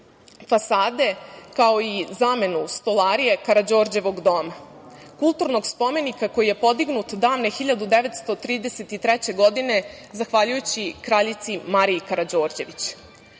fasade, kao i zamenu stolarije Karađorđevog doma, kulturnog spomenika koji je podignut davne 1933. godine zahvaljujući kraljici Mariji Karađorđević.S